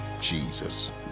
Jesus